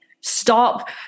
stop